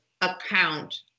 account